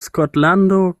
skotlando